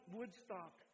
Woodstock